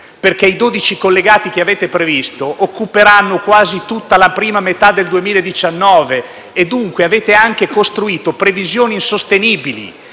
irreali: i 12 collegati che avete previsto occuperanno quasi tutta la prima metà del 2019, dunque avete costruito anche previsioni insostenibili